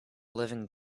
living